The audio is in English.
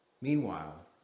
Meanwhile